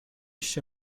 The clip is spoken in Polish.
się